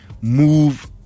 Move